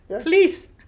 please